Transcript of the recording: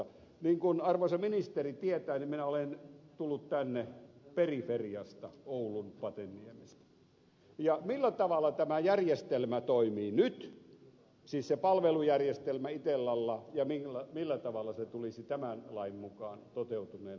niin kuin arvoisa ministeri tietää niin minä olen tullut tänne periferiasta oulun pateniemestä ja millä tavalla tämä järjestelmä toimii nyt siis se palvelujärjestelmä itellalla ja millä tavalla se tulisi tämän lain mukaan toteutuneena toimimaan